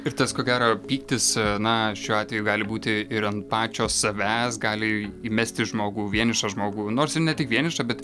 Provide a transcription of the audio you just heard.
ir tas ko gero pyktis na šiuo atveju gali būti ir ant pačio savęs gali įmesti žmogų vienišą žmogų nors ir ne tik vienišą bet